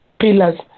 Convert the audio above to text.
pillars